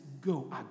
go